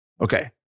okay